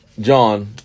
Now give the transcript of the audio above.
John